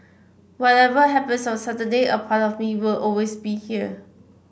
whatever happens on Saturday a part of me will always be here